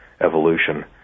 evolution